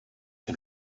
can